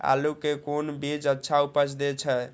आलू के कोन बीज अच्छा उपज दे छे?